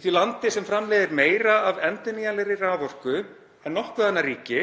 Í því landi sem framleiðir meira af endurnýjanlegri raforku en nokkuð annað ríki